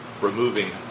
removing